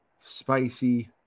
Spicy